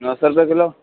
نو سو روپئے کلو